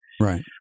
right